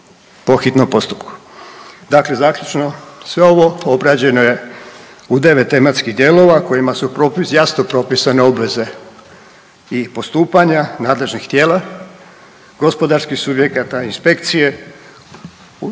Dakle zaključno sve ovo obrađeno je u 9 tematskih dijelova kojima su propisane, jasno propisane obveze i postupanja nadležnih tijela, gospodarskih subjekata i inspekcije.